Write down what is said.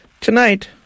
Tonight